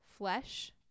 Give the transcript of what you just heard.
Flesh